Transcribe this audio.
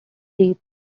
deep